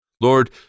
Lord